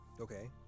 Okay